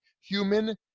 human